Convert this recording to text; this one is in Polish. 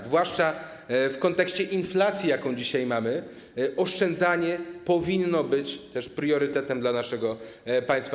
Zwłaszcza w kontekście inflacji, jaką dzisiaj mamy, oszczędzanie powinno być też priorytetem dla naszego państwa.